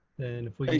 and if we,